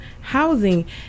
housing